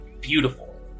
beautiful